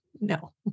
No